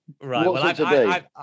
Right